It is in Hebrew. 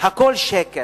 הכול שקר.